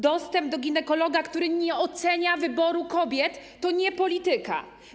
Dostęp do ginekologa, który nie ocenia wyboru kobiet, to nie polityka.